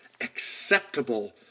acceptable